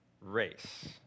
race